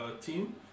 team